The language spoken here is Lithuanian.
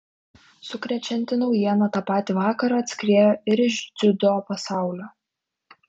sukrečianti naujiena tą patį vakarą atskriejo ir iš dziudo pasaulio